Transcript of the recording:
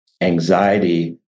anxiety